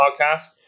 podcast